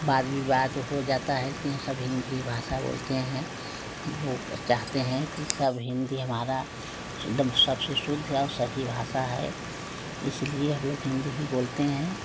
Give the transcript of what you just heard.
बाद विवाद हो जाता है लेकिन सब हिन्दी ही भाषा बोलते हैं वो चाहते हैं कि सब कि सभी हिन्दी हमारा शुद्धम् सबसे शुद्ध और सही भाषा है इसलिए हम लोग हिन्दी ही बोलते हैं